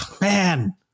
man